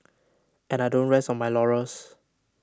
and I don't rest on my laurels